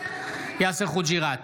יאסר חוג'יראת,